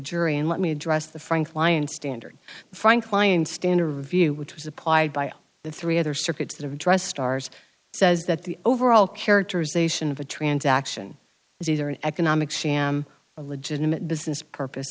jury and let me address the frank lyon standard frank client standard view which was applied by the three other circuits that address stars says that the overall characterization of a transaction is either an economic sham a legitimate business purpose